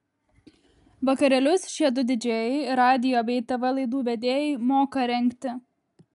vakarėlius šie du didžėjai radijo bei tv laidų vedėjai moka rengti